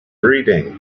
breeding